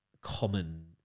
common